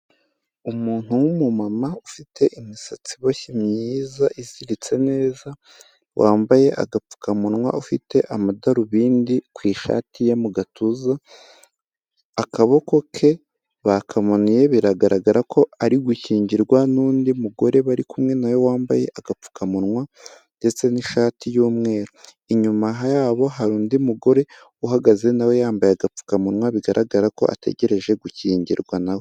Umuntu w'umumama ufite imisatsi iboshye myiza iziritse neza wambaye agapfukamunwa, ufite amadarubindi ku ishati ye mu gatuza. Akaboko ke bakamanuye biragaragara ko ari gukingirwa n'undi mugore bari kumwe na we wambaye agapfukamunwa, ndetse n'ishati y'umweru. Inyuma yabo hari undi mugore uhagaze na we yambaye agapfukamunwa bigaragara ko ategereje gukingirwa na we.